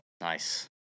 Nice